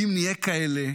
כי אם נהיה כאלה,